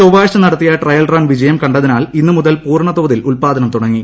ചൊവ്വാഴ്ച നടത്തിയ trial run വിജയം കണ്ടതിനാൽ ഇന്നുമുതൽ പൂർണ തോതിൽ ഉൽപാദനം തുടങ്ങി